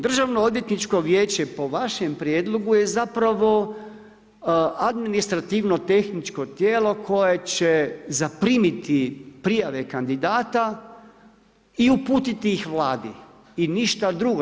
Državnoodvjetničko vijeće po vašem prijedlogu je zapravo administrativno tehničko tijelo koje će zaprimiti prijave kandidata i uputiti ih Vladi i ništa drugo.